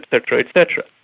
cetera, et cetera.